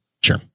Sure